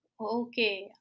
Okay